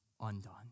undone